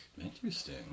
Interesting